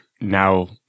now